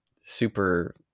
super